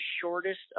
shortest